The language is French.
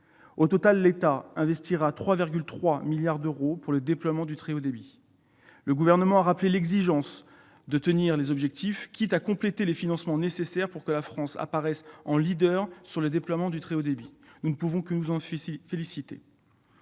Au total, l'État investira 3,3 milliards d'euros pour le déploiement du très haut débit. Le Gouvernement a rappelé l'exigence de tenir les objectifs, quitte à compléter les financements nécessaires pour que la France apparaisse en leader sur le déploiement du très haut débit. Nous ne pouvons que nous en féliciter.